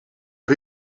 een